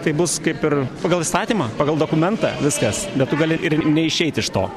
tai bus kaip ir pagal įstatymą pagal dokumentą viskas bet tu gali ir neišeiti iš to